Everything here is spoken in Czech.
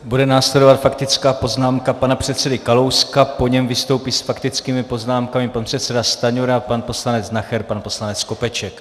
Bude následovat faktická poznámka pana předsedy Kalouska, po něm vystoupí s faktickými poznámkami pan předseda Stanjura, pan poslanec Nacher, pan poslanec Skopeček.